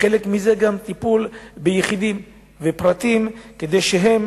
חלק מזה הוא טיפול ביחידים ופרטים כדי שהם